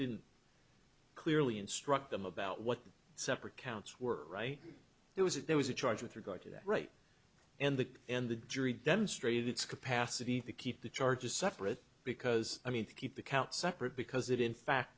didn't clearly instruct them about what the separate counts were right there was if there was a charge with regard to that right and the and the jury demonstrated its capacity to keep the charges separate because i mean to keep the count separate because it in fact